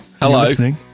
hello